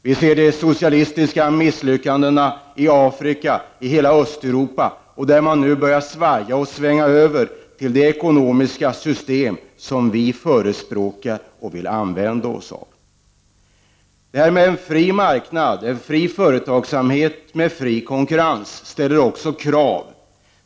Vi ser de socialistiska misslyckandena i Afrika och i hela Östeuropa, där man nu börjar svänga över till det ekonomiska system som vi förespråkar och vill använda OSS av. En fri marknad, en fri företagsamhet med fri konkurrens ställer också krav.